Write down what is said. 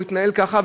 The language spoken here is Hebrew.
הוא יתנהל ככה,